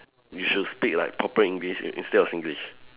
you should speak like proper English in~ instead of Singlish